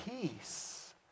peace